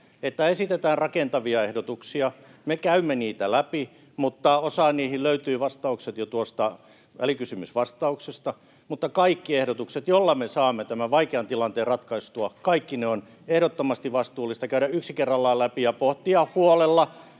että esitetään rakentavia ehdotuksia. Me käymme niitä läpi, mutta osaan niihin löytyy vastaukset jo tuosta välikysymysvastauksesta. Mutta kaikki ehdotukset, joilla me saamme tämän vaikean tilanteen ratkaistua, kaikki ne on ehdottomasti vastuullista käydä yksi kerrallaan läpi ja pohtia huolella.